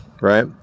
right